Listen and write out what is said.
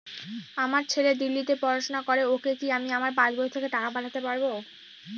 আমার ছেলে দিল্লীতে পড়াশোনা করে ওকে কি আমি আমার পাসবই থেকে টাকা পাঠাতে পারব?